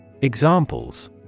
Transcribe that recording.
Examples